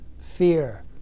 fear